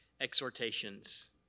exhortations